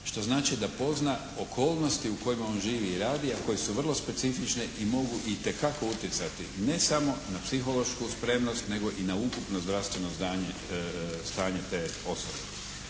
što znači da pozna okolnosti u kojima on živi i radi a koje su vrlo specifične i mogu itekako utjecati ne samo na psihološku spremnost nego i na ukupno zdravstveno stanje te osobe.